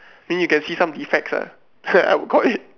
mean you can see some defects ah I would call it